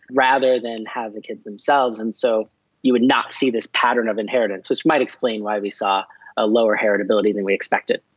rather than have the kids themselves, and so you would not see this pattern of inheritance, which might explain why we saw a lower heritability than we expected.